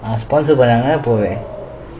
sponsor பன்னாங்கன போவேன்:pannangana povaen